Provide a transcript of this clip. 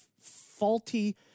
faulty